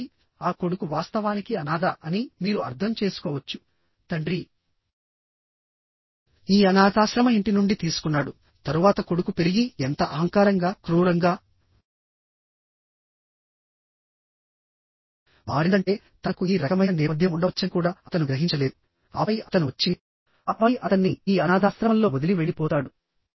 కాబట్టి ఆ కొడుకు వాస్తవానికి అనాథ అని మీరు అర్థం చేసుకోవచ్చు తండ్రి ఈ అనాథాశ్రమ ఇంటి నుండి తీసుకున్నాడు తరువాత కొడుకు పెరిగి ఎంత అహంకారంగాక్రూరంగా మారిందంటే తనకు ఈ రకమైన నేపథ్యం ఉండవచ్చని కూడా అతను గ్రహించలేదు ఆపై అతను వచ్చి ఆపై అతన్ని ఈ అనాథాశ్రమంలో వదిలి వెళ్ళిపోతాడు